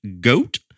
goat